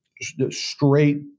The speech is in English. straight